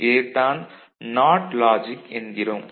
இதைத் தான் not logic என்கிறோம்